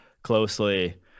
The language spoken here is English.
Closely